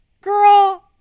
girl